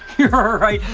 you're alright.